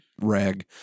rag